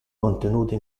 contenute